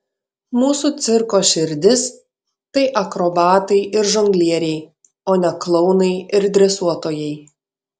mūsų cirko širdis tai akrobatai ir žonglieriai o ne klounai ir dresuotojai